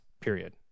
period